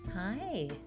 Hi